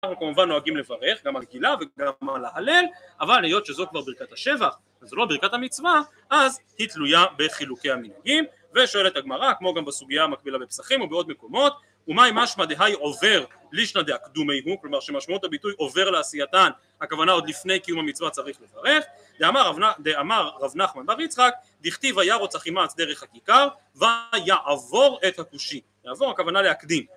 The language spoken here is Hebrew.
‫אנחנו כמובן נוהגים לברך, ‫גם על גילה וגם על להלל, ‫אבל היות שזו כבר ברכת השבח, ‫זו לא ברכת המצווה, ‫אז היא תלויה בחילוקי המנהיגים, ‫ושואלת הגמרא, ‫כמו גם בסוגיה המקבילה בפסחים ‫או בעוד מקומות, ‫ומה אם משמעות הביטוי ‫עובר לעשייתן, ‫הכוונה עוד לפני קיום המצווה ‫צריך לברך, ‫דאמר רב נחמן בר יצחק, ‫דכתיב היה רוצח ימץ דרך הכיכר ‫ויעבור את הקושי, ‫אז זו הכוונה להקדים.